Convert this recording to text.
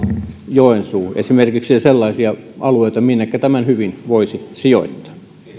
joensuu jotka ovat sellaisia alueita minnekä tämän hyvin voisi sijoittaa